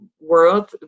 world